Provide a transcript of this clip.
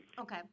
Okay